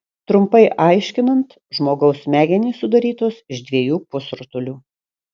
trumpai aiškinant žmogaus smegenys sudarytos iš dviejų pusrutulių